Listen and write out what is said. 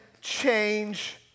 change